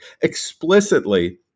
explicitly